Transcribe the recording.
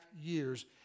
years